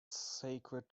sacred